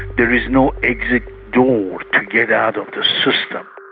there is no exit door to get out of the system.